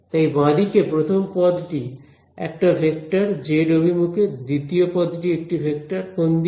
তাই বাঁদিকে প্রথম পদ টি একটা ভেক্টর জেড অভিমুখে দ্বিতীয় পদটি একটি ভেক্টর কোন দিকে